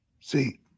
See